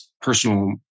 personal